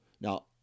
now